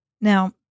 Now